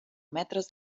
metres